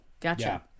gotcha